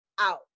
out